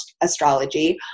astrology